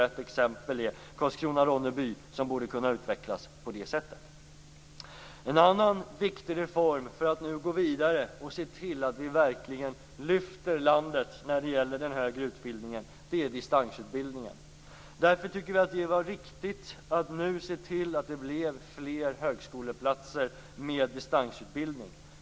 Ett exempel är Karlskrona-Ronneby som borde kunna utvecklas på det sättet. En annan viktig reform för att nu gå vidare och se till att vi verkligen lyfter landet när det gäller den högre utbildningen är distansutbildningen. Därför tycker vi att det var riktigt att nu se till det blev fler högskoleplatser med distansutbildning.